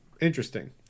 Interesting